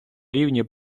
рівні